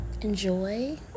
enjoy